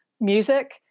music